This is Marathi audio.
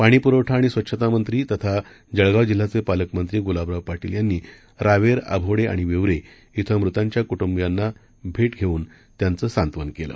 पाणी पुरवठा आणि स्वच्छतामंत्री तथा जळगाव जिल्ह्याचे पालकमंत्री गुलाबराव पाटील यांनी रावेर अभोडे आणि विवरे क्रिं मृतांच्या कुटुंबियांची भेट घेऊन त्यांचं सांत्वन केलं